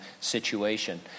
situation